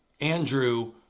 Andrew